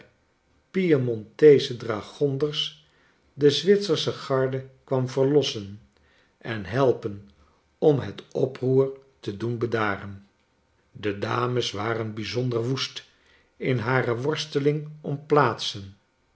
piemonteesche dragonders de zwitsersche garde kwamen verlossen en helpen om het oproer te doen bedaren de dames waren bijzonder woest in hare worsteling om plaatsen